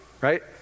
right